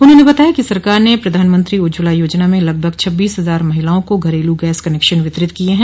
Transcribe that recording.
उन्होंने बताया कि सरकार ने प्रधानमंत्री उज्ज्वला योजना में लगभग छब्बीस हजार महिलाओं को घरेलू गैस कनेक्शन वितरित किये हैं